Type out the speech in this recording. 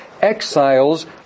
exiles